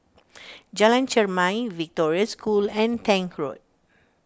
Jalan Chermai Victoria School and Tank Road